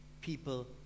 people